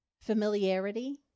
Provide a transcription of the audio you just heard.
Familiarity